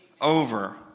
over